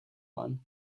one